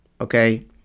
Okay